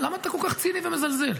אני רק ביקשתי רגע שהשיח יהיה,